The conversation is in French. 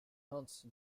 hans